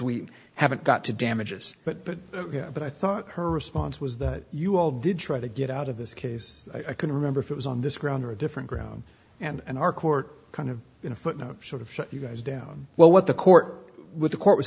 we haven't got to damages but but i thought her response was that you all did try to get out of this case i couldn't remember if it was on this ground or a different ground and our court kind of in a footnote sort of you guys down well what the court with the court was